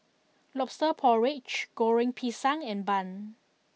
Lobster Porridge Goreng Pisang and Bun